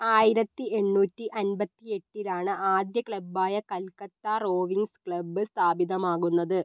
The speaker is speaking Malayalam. ആയിരത്തി എണ്ണൂറ്റി അൻപത്തിയെട്ടിലാണ് ആദ്യ ക്ലബായ കൽക്കട്ട റോവിങ്ങ്സ് ക്ലബ് സ്ഥാപിതമാകുന്നത്